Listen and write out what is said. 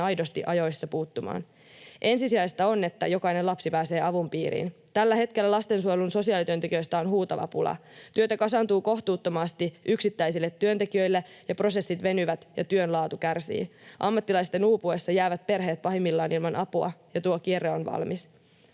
aidosti ajoissa puuttumaan. Ensisijaista on, että jokainen lapsi pääsee avun piiriin. Tällä hetkellä lastensuojelun sosiaalityöntekijöistä on huutava pula. Työtä kasaantuu kohtuuttomasti yksittäisille työntekijöille, ja prosessit venyvät, ja työn laatu kärsii. Ammattilaisten uupuessa jäävät perheet pahimmillaan ilman apua, ja tuo kierre on valmis.